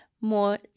more